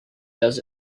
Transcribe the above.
does